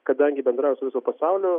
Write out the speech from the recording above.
kadangi bendrauja su viso pasaulio